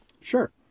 Sure